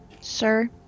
sir